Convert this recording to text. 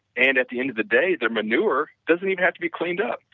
and at the end of the day, the manure doesn't even have to be cleaned up,